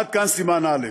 עד כאן סימן א'.